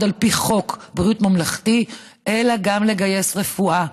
על פי חוק בריאות ממלכתי אלא גם לגייס רפואה,